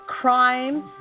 crimes